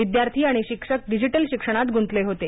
विद्यार्थी आणि शिक्षक डिजिटल शिक्षणात गुंतले होते